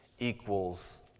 equals